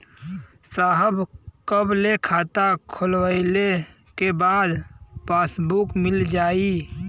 साहब कब ले खाता खोलवाइले के बाद पासबुक मिल जाई?